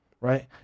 right